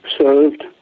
served